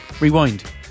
rewind